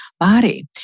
Body